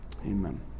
amen